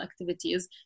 activities